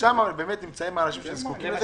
שם באמת נמצאים האנשים שזקוקים לזה.